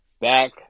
back